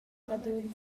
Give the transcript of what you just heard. rodund